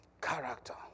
Character